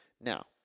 Now